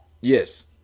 Yes